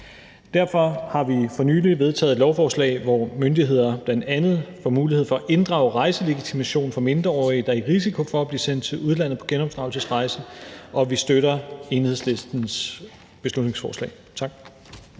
derfor har vi for nylig vedtaget et lovforslag, hvor myndigheder bl.a. får mulighed for at inddrage rejselegitimation fra mindreårige, der er i risiko for at blive sendt til udlandet på genopdragelsesrejse. Vi støtter Enhedslistens beslutningsforslag. Tak.